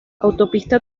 autopista